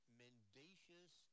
mendacious